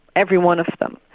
every one of of them.